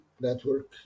network